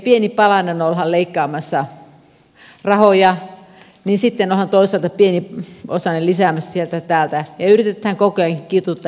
pieni palanen ollaan leikkaamassa rahoja ja sitten ollaan toisaalta pieni osanen lisäämässä sieltä täältä ja yritetään koko ajan kituuttaa eteenpäin